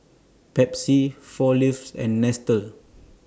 Pepsi four Leaves and Nestle